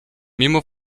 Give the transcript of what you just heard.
mimo